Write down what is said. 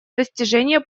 достижение